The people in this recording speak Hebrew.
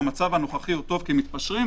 והמצב הנוכחי הוא טוב כי מתפשרים,